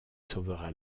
sauvera